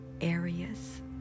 areas